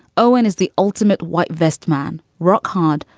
owen is the ultimate white vest man rock hard,